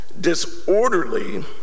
disorderly